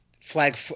flag